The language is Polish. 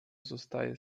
zostaje